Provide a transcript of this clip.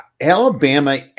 Alabama